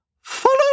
Follow